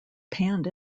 panned